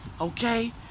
Okay